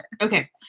okay